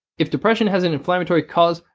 if depression has an inflammatory cause,